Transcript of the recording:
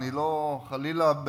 חלילה,